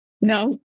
No